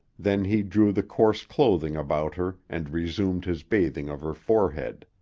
then he drew the coarse clothing about her and resumed his bathing of her forehead.